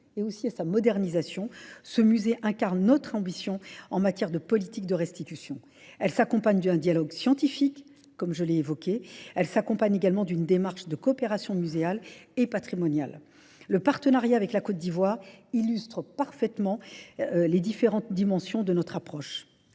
et aussi à sa modernisation, ce musée incarne notre ambition en matière de politique de restitution. Elle s'accompagne d'un dialogue scientifique, comme je l'ai évoqué. Elle s'accompagne également d'une démarche de coopération muséale et patrimoniale. Le partenariat avec la Côte d'Ivoire illustre parfaitement les différentes dimensions de notre approche.